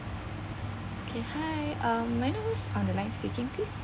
okay hi uh may I know whose on the line speaking please